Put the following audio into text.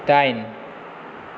दाइन